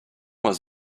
was